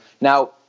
Now